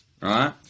right